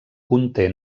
conté